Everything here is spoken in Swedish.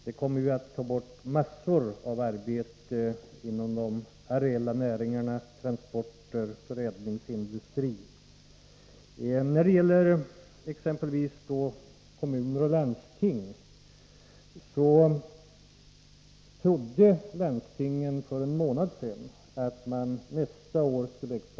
Det kommer att ta bort massor av arbete inom de areala näringarna, transporterna och förädlingsindustrin. För en månad sedan trodde landstingen att de nästa år skulle kunna expandera med 1,5 96.